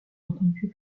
entendues